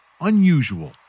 unusual